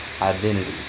Identity